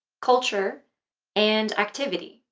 culture and activity.